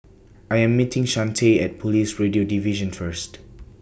I Am meeting Shante At Police Radio Division First